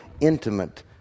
intimate